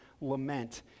lament